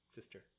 sister